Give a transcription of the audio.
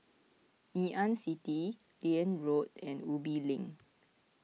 Ngee Ann City Liane Road and Ubi Link